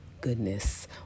goodness